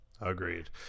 Agreed